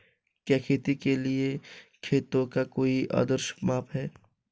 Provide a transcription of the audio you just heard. क्या खेती के लिए खेतों का कोई आदर्श माप है?